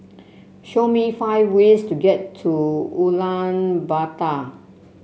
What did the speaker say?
show me five ways to get to Ulaanbaatar